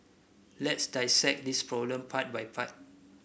let's dissect this problem part by part